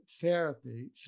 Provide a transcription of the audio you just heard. therapy